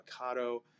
avocado